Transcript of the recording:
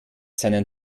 seinen